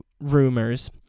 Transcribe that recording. rumors